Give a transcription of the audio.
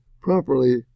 properly